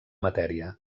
matèria